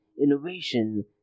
Innovation